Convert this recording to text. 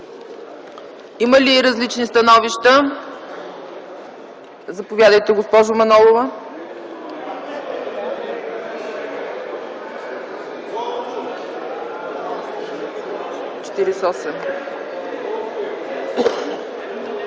Има ли различни становища? Заповядайте, госпожо Манолова.